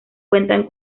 cuentan